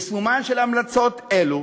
יישומן של המלצות אלו